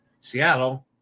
Seattle